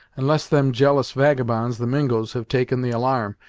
unless them jealous vagabonds, the mingos, have taken the alarm,